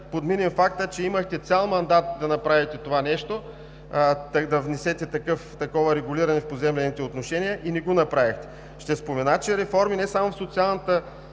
подминем факта, че имахте цял мандат да направите това нещо – да внесете регулиране в поземлените отношения, и не го направихте. Ще спомена, че реформи не само в социалната